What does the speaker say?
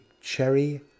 cherry